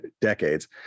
decades